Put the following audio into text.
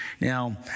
Now